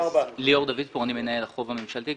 0.4. אני ליאור, מנהל החוב הממשלתי.